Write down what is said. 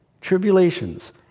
tribulations